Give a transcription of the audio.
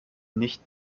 nicht